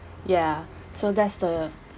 ya so that's the